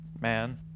man